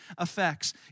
effects